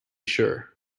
sure